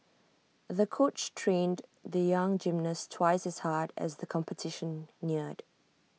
the coach trained the young gymnast twice as hard as the competition neared